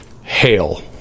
hail